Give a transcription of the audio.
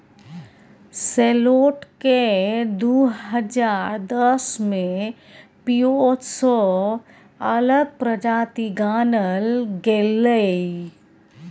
सैलोट केँ दु हजार दस मे पिओज सँ अलग प्रजाति गानल गेलै